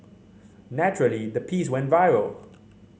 naturally the piece went viral